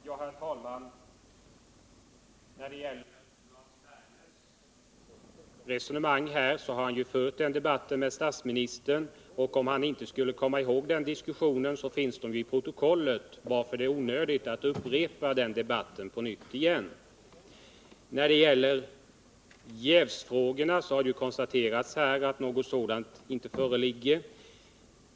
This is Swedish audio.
Herr talman! Det resonemang som Lars Werner här för har han också tidigare fört med statsministern. Om han inte kommer ihåg vad som då sades, så kan han gå tillbaka till protokollet från den aktuella debatten. Jag tycker det nu är onödigt att upprepa den debatten. I det aktuella ärendet har det konstaterats att det inte föreligger jäv.